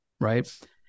right